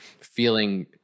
feeling